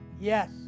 Yes